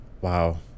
Wow